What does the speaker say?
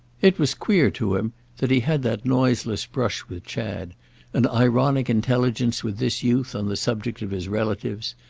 it was queer to him that he had that noiseless brush with chad an ironic intelligence with this youth on the subject of his relatives,